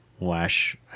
lash